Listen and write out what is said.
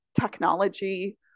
technology